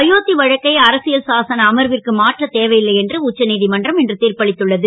அயோத் வழக்கை அரசியல் சாசன அமைப்பிற்கு மாற்ற தேவை ல்லை என்று உச்சநீ மன்றம் இன்று திர்ப்பளித்துள்ளது